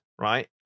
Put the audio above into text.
right